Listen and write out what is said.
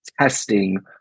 testing